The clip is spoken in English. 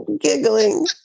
giggling